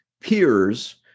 peers